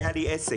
היה לי עסק.